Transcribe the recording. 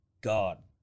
God